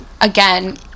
again